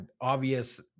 obvious